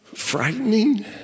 frightening